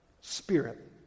Spirit